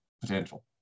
potential